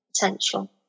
potential